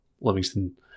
Livingston